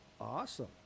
Awesome